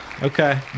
Okay